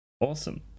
awesome